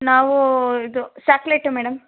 ನಾವು ಇದು satellite madam